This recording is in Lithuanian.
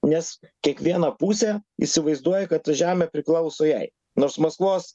nes kiekviena pusė įsivaizduoja kad ta žemė priklauso jai nors maskvos